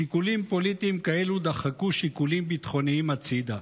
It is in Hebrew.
שיקולים פוליטיים כאלה דחקו שיקולים ביטחוניים הצידה.